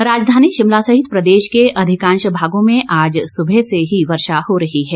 मौसम राजधानी शिमला सहित प्रदेश के अधिकांश भागों में आज सुबह से ही वर्षा हो रही है